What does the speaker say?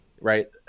Right